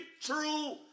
true